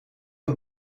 een